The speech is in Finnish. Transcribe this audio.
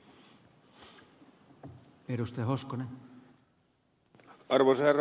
arvoisa herra puhemies